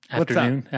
Afternoon